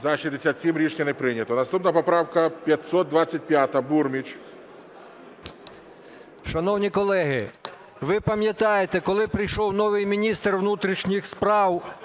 За-67 Рішення не прийнято. Наступна поправка 525. Бурміч.